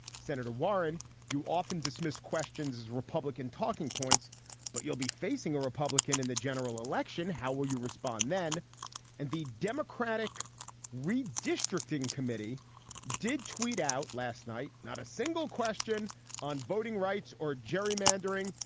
senator warren you often dismissed questions as republican talking points but you'll be facing a republican in the general election how will you respond then and the democratic redistricting committee did tweet out last night not a single question on voting rights or gerrymandering.